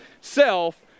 self